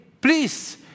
please